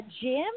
Jim